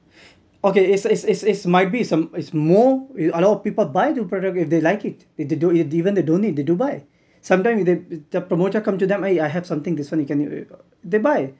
okay it's it's it's might be some it's more a lot of people buy the product if they like it even if they don't need they do buy sometime they the promoter come to them eh I have something this one you can they buy